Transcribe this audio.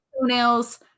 toenails